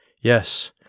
Yes